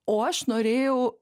o aš norėjau